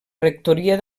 rectoria